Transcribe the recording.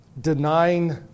denying